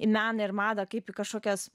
į meną ir madą kaip į kažkokias